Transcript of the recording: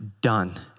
done